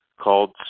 called